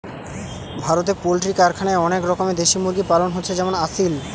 ভারতে পোল্ট্রি কারখানায় অনেক রকমের দেশি মুরগি পালন হচ্ছে যেমন আসিল